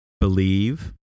believe